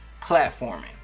platforming